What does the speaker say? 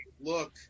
look